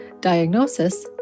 diagnosis